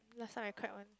last time I cried one